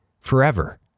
forever